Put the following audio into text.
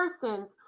persons